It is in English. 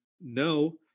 no